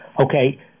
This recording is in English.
okay